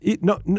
no